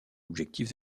objectif